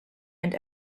and